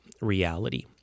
reality